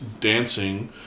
dancing